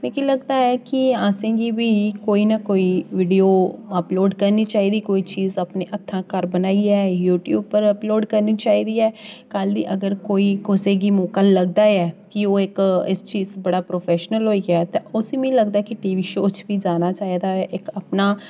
मिगी लगदा ऐ कि असें गी बी कोई ना कोई वीडियो अपलोड करनी चाहिदी कोई चीज अपनें हत्थां घर बनाइयै यू ट्यूब उप्पर अपलोड करनी चाहिदी ऐ कल ई अगर कोई कुसै गी मौका लगदा ऐ फ्ही ओह् इक इस चीज च बड़ा प्रोफैशनल होइयै ते उसी मी लगदा ऐ कि टीवी शो च बी जाना चाहिदा ऐ इक अपना